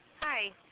Hi